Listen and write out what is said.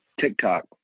TikTok